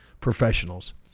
professionals